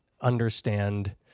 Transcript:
understand